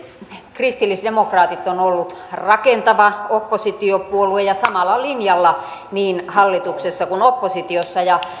kristillisdemokraatit on ollut rakentava oppositiopuolue ja samalla linjalla niin hallituksessa kuin oppositiossa ja